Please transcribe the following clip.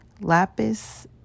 Lapis